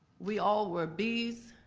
we all were b's,